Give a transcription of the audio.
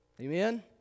Amen